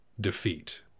defeat